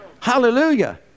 Hallelujah